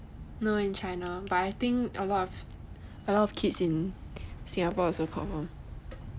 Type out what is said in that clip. no in China but I think a lot of kids in Singapore also confirm